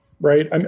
Right